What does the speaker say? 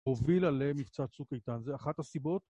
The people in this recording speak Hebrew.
הוביל עליהם מבצע צוק איתן, זה אחת הסיבות